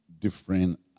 different